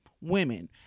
women